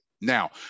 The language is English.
Now